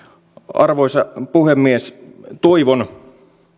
arvoisa puhemies toivon